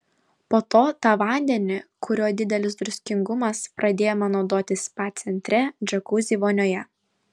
po to tą vandenį kurio didelis druskingumas pradėjome naudoti spa centre džiakuzi vonioje